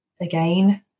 again